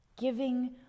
Giving